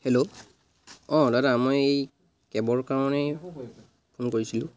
hello অঁ দাদা মই এই কেবৰ কাৰণেই ফোন কৰিছিলোঁ